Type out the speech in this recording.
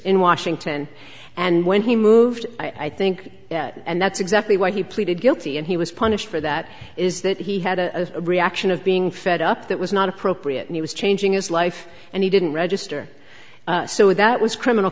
in washington and when he moved i think and that's exactly why he pleaded guilty and he was punished for that is that he had a reaction of being fed up that was not appropriate and he was changing his life and he didn't register so that was criminal